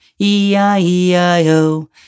E-I-E-I-O